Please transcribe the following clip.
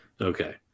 Okay